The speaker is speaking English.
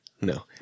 No